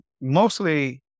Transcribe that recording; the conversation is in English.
mostly